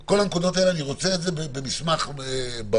את כל הנקודות האלה אני רוצה במסמך ברור,